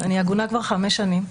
אני עגונה כבר חמש שנים,